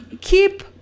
keep